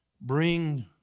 Bring